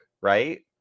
right